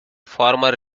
former